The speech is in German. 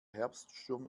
herbststurm